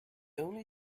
only